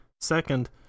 Second